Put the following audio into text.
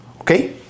okay